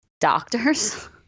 doctors